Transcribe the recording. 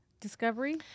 discovery